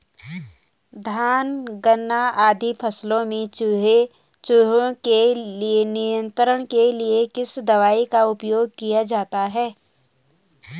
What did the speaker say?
धान गन्ना आदि फसलों में चूहों के नियंत्रण के लिए किस दवाई का उपयोग किया जाता है?